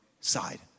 side